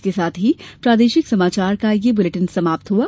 इसके साथ ही प्रादेशिक समाचारों का ये बुलेटिन समाप्त हुआ